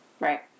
Right